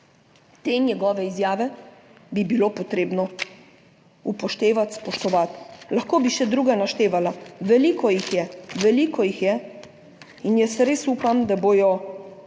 te njegove izjave bi bilo potrebno upoštevati, spoštovati. Lahko bi še druge naštevala, veliko jih je, veliko jih je. In jaz res upam, da bodo